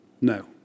No